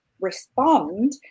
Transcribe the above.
respond